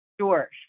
Sure